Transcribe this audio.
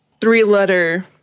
three-letter